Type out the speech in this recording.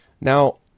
Now